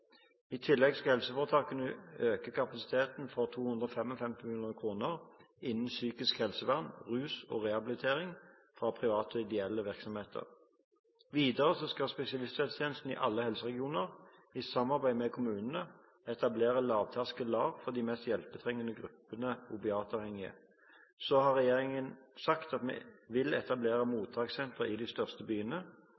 I tillegg skal helseforetakene kjøpe økt kapasitet for 255 mill. kr innen psykisk helsevern, rus og rehabilitering fra private og ideelle virksomheter. Videre skal spesialisthelsetjenesten i alle helseregioner, i samarbeid med kommunene, etablere lavterskel-LAR for den mest hjelpetrengende gruppen opiatavhengige. Regjeringen har sagt vi vil etablere